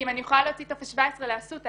כי אם אני יכולה להוציא טופס 17 לאסותא,